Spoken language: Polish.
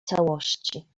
całości